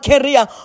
career